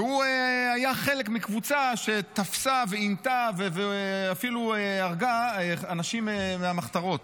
והוא היה חלק מקבוצה שתפסה ועינתה ואפילו הרגה אנשים מהמחתרות.